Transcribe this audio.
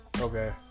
Okay